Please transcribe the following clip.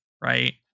right